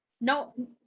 no